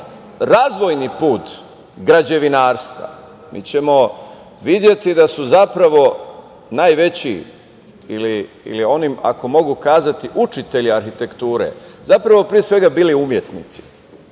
razvojni put građevinarstva mi ćemo videti da su zapravo najveći ili oni, ako mogu kazati, učitelji arhitekture zapravo pre svega bili umetnici.I